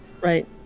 right